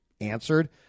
answered